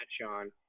Sean